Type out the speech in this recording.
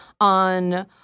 on